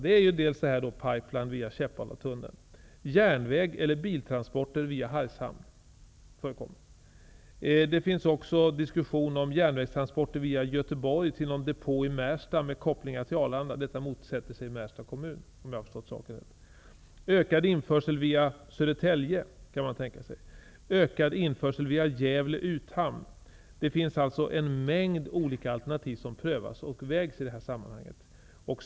Det är bl.a. pipe line via Käppalatunneln och järnvägseller biltransporter via Hargshamn. Det finns också diskussioner om järnvägstransporter via Arlanda. Detta motsätter sig Märsta kommun, om jag har förstått saken rätt. Man kan även tänka sig ökad införsel via Södertälje eller via Gävle uthamn. Det finns alltså en mängd olika alternativ som prövas och vägs i det här sammanhanget.